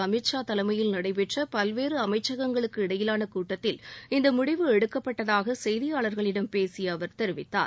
அமித் ஷா தலைமையில் நடைபெற்ற பல்வேறு அமைச்சகங்களுக்கு இடையிலாள கூட்டத்தில் இந்த முடிவு எடுக்கப்பட்டதாக செய்தியாளர்களிடம் பேசிய அவர் தெரிவித்தார்